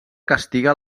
castiga